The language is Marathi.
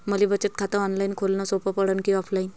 मले बचत खात ऑनलाईन खोलन सोपं पडन की ऑफलाईन?